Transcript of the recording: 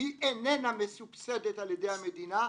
היא אינה מסובסדת על-ידי המדינה,